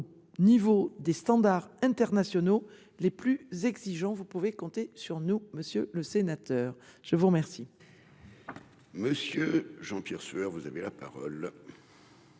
au niveau des standards internationaux les plus exigeants. Vous pouvez compter sur nous, monsieur le sénateur, je vous remercie. Monsieur Jean-Pierre Sueur, vous avez la parole.